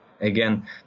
again